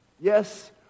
Yes